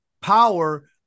power